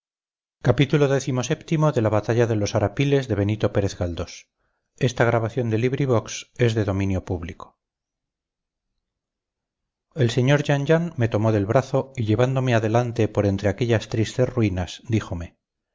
el señor jean jean me tomó el brazo y llevándome adelante por entre aquellas tristes ruinas díjome